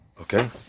Okay